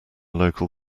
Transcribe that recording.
local